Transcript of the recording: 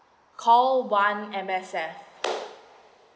call one M_S_F